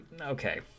okay